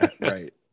Right